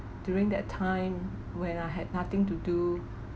during that time when I had nothing to do